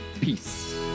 Peace